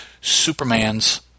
Superman's